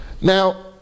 Now